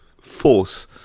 force